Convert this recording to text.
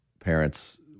parents